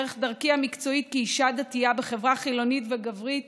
דרך דרכי המקצועית כאישה דתייה בחברה חילונית וגברית